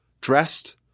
Dressed